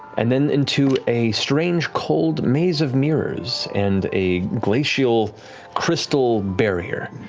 and then into a strange, cold maze of mirrors and a glacial crystal barrier,